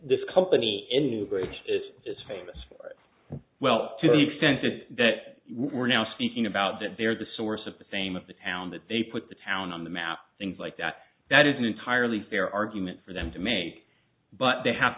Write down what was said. this company in newbridge it is famous for well to the extent that we're now speaking about that they're the source of the fame of the town that they put the town on the map things like that that is an entirely fair argument for them to make but they have